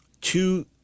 two